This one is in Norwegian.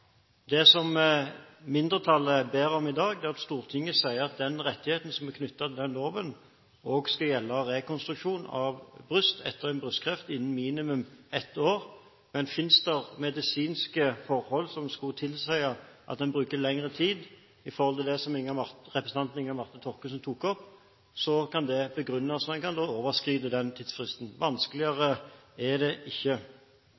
Det som mindretallet ber om i dag, er at Stortinget sier at den rettigheten som er knyttet til den loven, også skal gjelde rekonstruksjon av bryst etter brystkreft innen minimum ett år, men finnes det medisinske forhold som skulle tilsi at en bruker lengre tid, som representanten Inga Marte Thorkildsen tok opp, kan det begrunnes, og en kan da overskride den tidsfristen. Vanskeligere er det ikke.